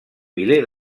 miler